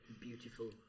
beautiful